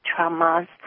traumas